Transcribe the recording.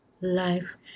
life